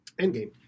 Endgame